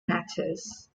matters